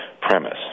premise